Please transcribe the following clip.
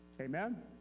Amen